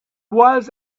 was